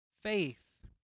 faith